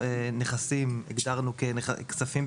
נכסים הגדרנו ככספים,